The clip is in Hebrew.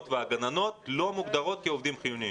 והגננות לא מוגדרים כעובדים חיוניים,